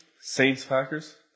Saints-Packers